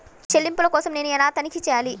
చెల్లింపుల కోసం నేను ఎలా తనిఖీ చేయాలి?